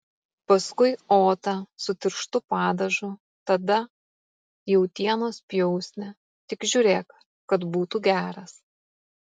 paskui otą su tirštu padažu tada jautienos pjausnį tik žiūrėk kad būtų geras